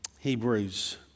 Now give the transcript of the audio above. Hebrews